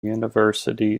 university